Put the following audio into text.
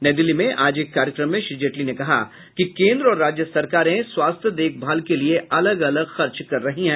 नई दिल्ली में आज एक कार्यक्रम में श्री जेटली ने कहा कि कोन्द्र और राज्य सरकारें स्वास्थ्य देखभाल के लिए अलग अलग खर्च कर रही हैं